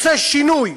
רוצה שינוי,